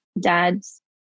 dads